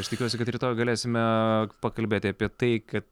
aš tikiuosi kad rytoj galėsime pakalbėti apie tai kad